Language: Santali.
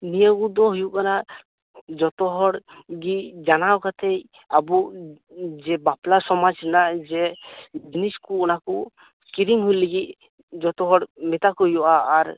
ᱱᱤᱭᱟᱹ ᱠᱚᱫᱚ ᱦᱩᱭᱩᱜ ᱠᱟᱱᱟ ᱡᱚᱛᱚ ᱦᱚᱲ ᱜᱤ ᱡᱟᱱᱟᱣ ᱠᱟᱛᱮᱜ ᱟᱵᱚ ᱡᱮ ᱵᱟᱯᱞᱟ ᱥᱚᱢᱟᱡᱽ ᱨᱮᱱᱟᱜ ᱡᱮ ᱡᱤᱱᱤᱥ ᱠᱚ ᱚᱱᱟ ᱠᱚ ᱠᱤᱨᱤᱝ ᱦᱩᱭ ᱞᱟᱜᱤᱜ ᱡᱚᱛᱚ ᱦᱚᱲ ᱢᱮᱛᱟ ᱠᱚ ᱦᱩᱭᱩᱜᱼᱟ ᱟᱨ